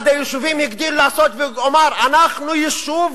אחד היישובים הגדיל לעשות ואמר: אנחנו יישוב